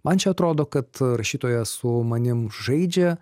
man čia atrodo kad rašytoja su manim žaidžia